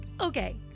okay